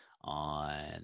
on